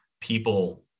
people